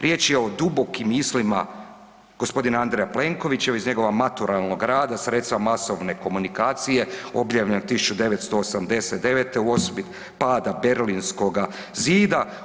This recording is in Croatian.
Riječ je o dubokim mislima gospodina Andreja Plenkovića iz njegova maturalnog rada, sredstva masovne komunikacije, objavljen 1989. u osobit pada Berlinskoga zida.